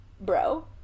Bro